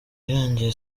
irangiye